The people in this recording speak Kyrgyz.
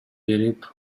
берип